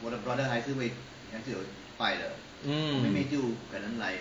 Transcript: mm